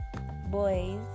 boys